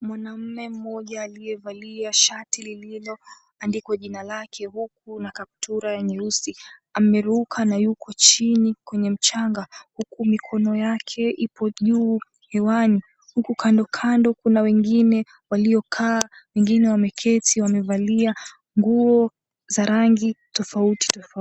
Mwanaume mmoja aliyevalia shati lililoandikwa jina lake huku na kaptura nyeusi, ameruka na yuko chini kwenye mchanga huku mikono yake ipo juu hewani. Huku kando kando kuna wengine waliokaa, wengine wameketi wamevalia nguo za rangi tofauti tofauti.